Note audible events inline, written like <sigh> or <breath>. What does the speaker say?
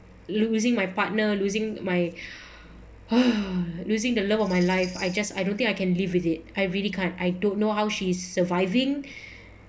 losing my partner losing my <breath> losing the love of my life I just I don't think I can live with it I really can't I don't know how she is surviving